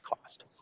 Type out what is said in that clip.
cost